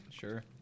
Sure